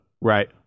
Right